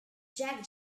jack